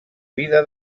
vida